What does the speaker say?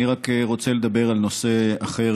אני רוצה לדבר על נושא אחר,